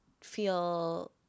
feel